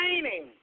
training